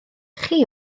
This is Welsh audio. chi